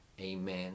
Amen